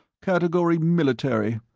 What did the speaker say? category military.